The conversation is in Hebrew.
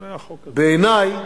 בעיני,